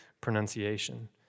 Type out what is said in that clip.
pronunciation